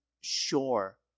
sure